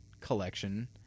collection